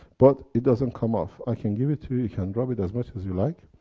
but, it doesn't come off. i can give it to you, you can rub it as much as you like.